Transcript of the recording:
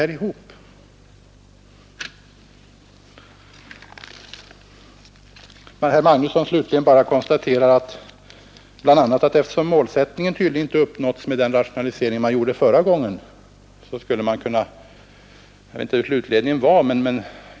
Slutligen vill jag bemöta herr Magnusson i Kristinehamn, som bl.a. konstaterar att eftersom målsättningen tydligen inte uppnåtts med den rationalisering man gjorde förra gången skulle man kunna låta bli att rationalisera nu.